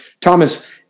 Thomas